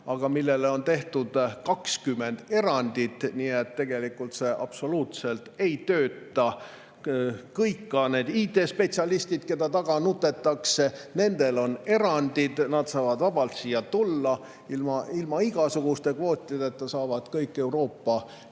aga millele on tehtud 20 erandit, nii et tegelikult see absoluutselt ei tööta. Kõik, ka need IT-spetsialistid, keda taga nutetakse, [kuuluvad erandite hulka]. Nad saavad siia vabalt tulla. Ilma igasuguste kvootideta saavad kõik Euroopa